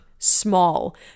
small